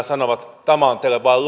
sanovat tämä on teille vain